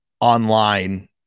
online